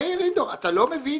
מאיר אינדור, אתה לא מבין?